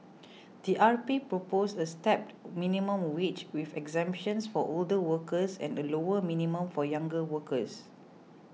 the RP proposed a stepped minimum wage with exemptions for older workers and a lower minimum for younger workers